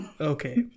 Okay